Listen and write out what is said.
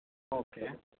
okay